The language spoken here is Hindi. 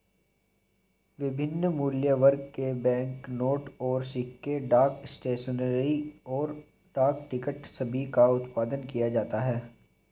विभिन्न मूल्यवर्ग के बैंकनोट और सिक्के, डाक स्टेशनरी, और डाक टिकट सभी का उत्पादन किया जाता है